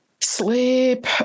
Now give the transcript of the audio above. Sleep